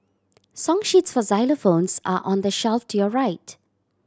song sheets for xylophones are on the shelf to your right